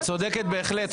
את צודקת בהחלט.